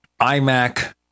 iMac